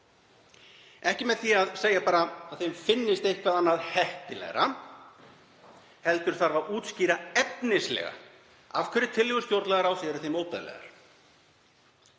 Ekki með því að segja bara að þeim finnist eitthvað annað heppilegra heldur þarf að útskýra efnislega af hverju tillögur stjórnlagaráðs eru þeim óþægilegar,